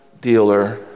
dealer